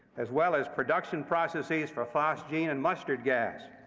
as well as production processes for phosgene and mustard gas.